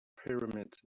pyramids